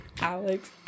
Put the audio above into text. Alex